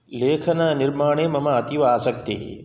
लेखननिर्माणे मम अतीव आसक्ति